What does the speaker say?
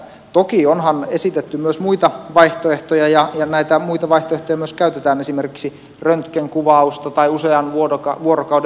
toki onhan esitetty myös muita vaihtoehtoja ja näitä muita vaihtoehtoja myös käytetään esimerkiksi röntgenkuvausta tai usean vuorokauden videotarkkailua